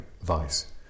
advice